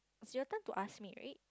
it's your turn to ask me right